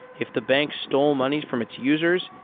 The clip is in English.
if the bank stole money from its users,